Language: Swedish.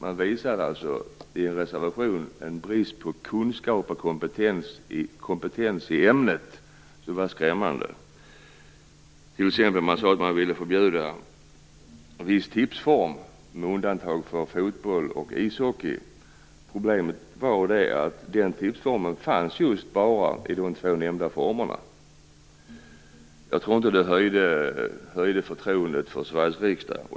Men man visade i en reservation brist på kunskap och kompetens i ämnet som var skrämmande. Man sade att man ville förbjuda en viss tipsform, med undantag för fotboll och ishockey. Problemet var att den tipsformen bara fanns i de två nämnda områdena. Jag tror inte att det höjde förtroendet för Sveriges riksdag.